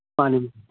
ꯃꯥꯅꯤ